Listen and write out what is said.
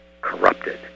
corrupted